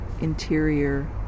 interior